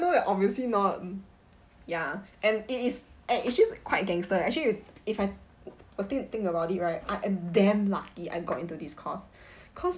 so ya obviously not mm ya and it is and it's just quite gangster actually if I think think about it right I am damn lucky I got into this course cause